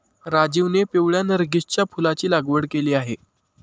राजीवने पिवळ्या नर्गिसच्या फुलाची लागवड केली आहे